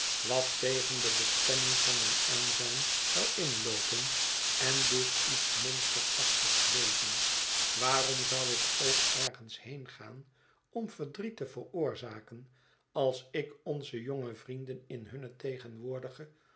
wat tegen de bestemming van mijn aanzijn zou inloopen en dus iets monsterachtigs wezen waarom zou ik ook ergens heengaan om verdriet te veroorzaken als ik onze jonge vrienden in hunne tegenwoordige